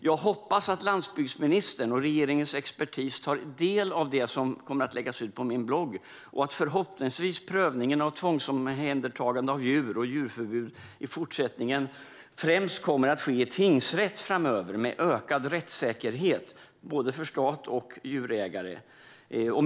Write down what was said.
Jag hoppas att landsbygdsministern och regeringens expertis tar del av det som kommer att läggas ut på min blogg och att prövningen av tvångsomhändertagande av djur och djurförbud förhoppningsvis i fortsättningen främst kommer att ske i tingsrätt med ökad rättssäkerhet för både stat och djurägare som följd.